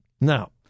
Now